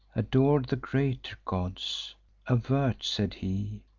ador'd the greater gods avert, said he,